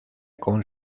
con